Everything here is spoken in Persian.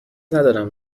ندارم